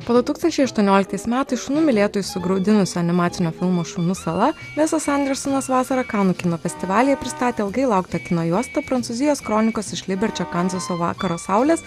po du tūkstančiai aštuonioliktais metais šunų mylėtojus sugraudinusio animacinio filmo šunų sala vesas andersonas vasarą kanų kino festivalyje pristatė ilgai lauktą kino juostą prancūzijos kronikos iš liberčio kanzaso vakaro saulės